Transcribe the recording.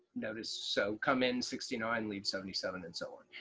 notice, so come in sixty nine, leave seventy seven, and so on.